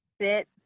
sit